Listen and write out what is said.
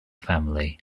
family